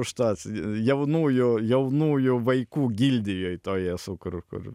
užtat jaunųjų jaunųjų vaikų gildijoj toj esu kur kur